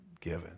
given